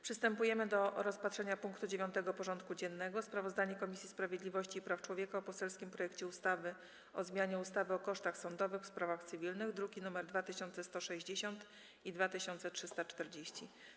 Przystępujemy do rozpatrzenia punktu 9. porządku dziennego: Sprawozdanie Komisji Sprawiedliwości i Praw Człowieka o poselskim projekcie ustawy o zmianie ustawy o kosztach sądowych w sprawach cywilnych (druki nr 2160 i 2340)